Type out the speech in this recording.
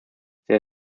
there